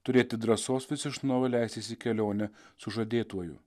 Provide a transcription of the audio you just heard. turėti drąsos vis iš naujo leistis kelione su žadėtuoju